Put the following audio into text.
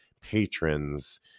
patrons